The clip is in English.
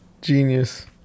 genius